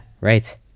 right